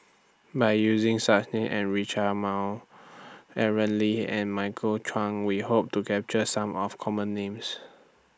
By using Names such as Rita Chao Aaron Lee and Michael Chiang We Hope to capture Some of Common Names